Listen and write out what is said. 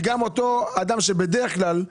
שגם אותו אדם שבדרך כלל,